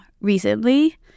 recently